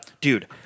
Dude